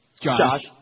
Josh